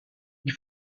gli